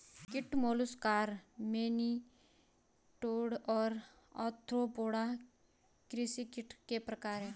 कीट molluscs nematode और arthropoda कृषि कीट के प्रकार हैं